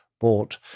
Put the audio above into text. bought